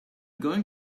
going